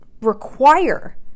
require